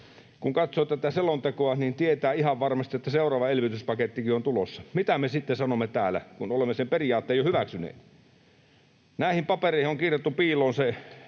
Kun katsoo tätä selontekoa, niin tietää ihan varmasti, että seuraava elvytyspakettikin on tulossa. Mitä me sitten sanomme täällä, kun olemme sen periaatteen jo hyväksyneet? Näihin papereihin on kirjattu se piiloon, ei